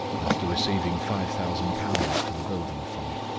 after receiving five thousand pounds for the building fund